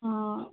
अँ